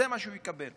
זה מה שהוא יקבל.